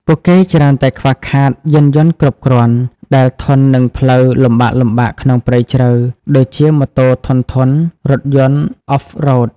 ពួកគេច្រើនតែខ្វះខាត យានយន្តគ្រប់គ្រាន់ ដែលធន់នឹងផ្លូវលំបាកៗក្នុងព្រៃជ្រៅ ដូចជាម៉ូតូធន់ៗ រថយន្ត Off road។